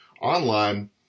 online